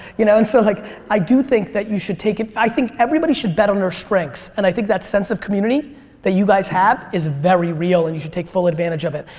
you know and so like i do think that you should take, i think everybody should bet on their strengths and i think that sense of community that you guys have is very real and you should take full advantage of it.